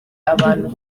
abantu